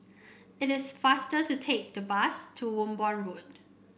it is faster to take the bus to Wimborne Road